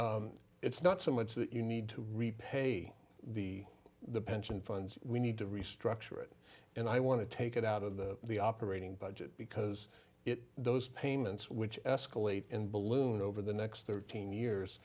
that it's not so much that you need to repay the pension funds we need to restructure it and i want to take it out of the operating budget because it those payments which escalate in balloon over the next thirteen years